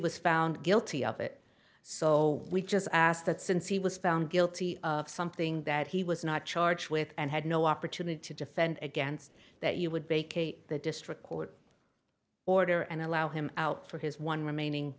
was found guilty of it so we just ask that since he was found guilty of something that he was not charged with and had no opportunity to defend against that you would break the district court order and allow him out for his one remaining